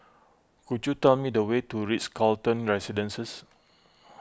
could you tell me the way to Ritz Carlton Residences